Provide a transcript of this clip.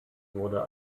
wurde